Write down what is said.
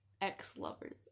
ex-lovers